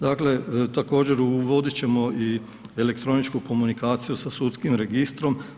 Dakle, također uvodit ćemo i elektroničku komunikaciju sa sudskim registrom.